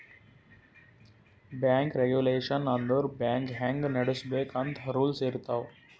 bank regulation ಅಂದುರ್ bank ಹ್ಯಾಂಗ್ ನಡುಸ್ಬೇಕ್ ಅಂತ್ ರೂಲ್ಸ್ ಇರ್ತಾವ್